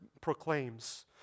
proclaims